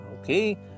Okay